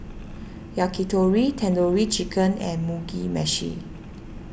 Yakitori Tandoori Chicken and Mugi Meshi